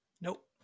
Nope